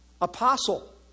apostle